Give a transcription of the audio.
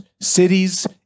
cities